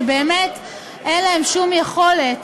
שבאמת אין להם שום יכולת